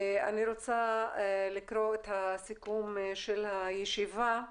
אני רוצה לקרוא את הסיכום של הישיבה.